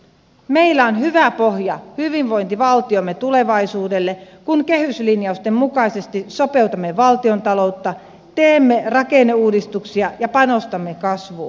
meillä on hyvä pohja hyvinvointivaltiomme tulevaisuudelle kun kehyslinjausten mukaisesti sopeutamme valtiontaloutta teemme rakenneuudistuksia ja panostamme kasvuun